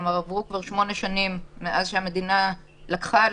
כלומר עברו 8 שנים מאז המדינה לקחה על